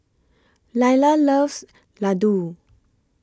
Laila loves Ladoo